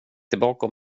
tillbaka